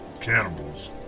Cannibals